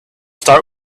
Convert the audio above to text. start